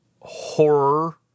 horror